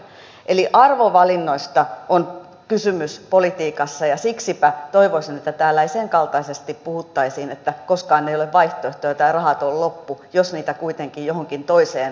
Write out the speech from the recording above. eli arvovalinnoista on kysymys politiikassa ja siksipä toivoisin että täällä ei puhuttaisi senkaltaisesti että koskaan ei ole vaihtoehtoja tai rahat on loppu jos niitä kuitenkin johonkin toiseen toisaalla riittää